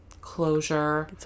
closure